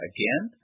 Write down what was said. Again